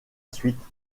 suite